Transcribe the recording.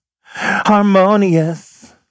harmonious